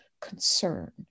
concern